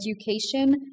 education